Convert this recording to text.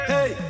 Hey